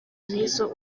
nizzo